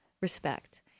respect